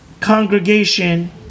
congregation